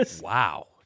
Wow